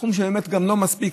סכום שהוא באמת גם לא מספיק,